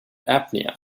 apnea